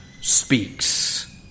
speaks